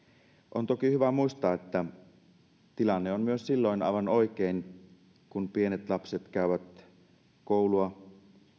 on toki hyvä muistaa että tilanne on myös silloin aivan oikein kun pienet lapset käyvät koulua